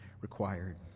required